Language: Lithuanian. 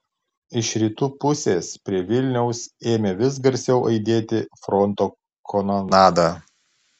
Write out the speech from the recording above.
iš rytų pusės prie vilniaus ėmė vis garsiau aidėti fronto kanonada